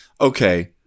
okay